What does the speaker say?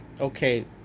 okay